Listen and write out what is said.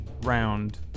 round